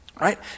right